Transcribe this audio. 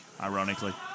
ironically